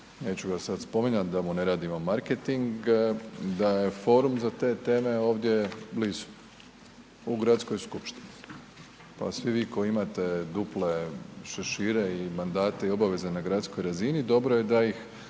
neću ga sad spominjati da mu ne radimo marketing, da je forum za te teme ovdje blizu, u gradskoj skupštini. Pa svi vi koji imate duple šešire i mandate i obaveze na gradskoj razini dobro je da ih